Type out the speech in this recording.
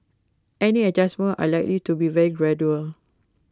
any adjustments are likely to be very gradual